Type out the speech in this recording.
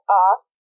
off